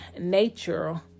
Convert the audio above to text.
nature